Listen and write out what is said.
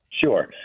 Sure